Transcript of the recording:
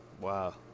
Wow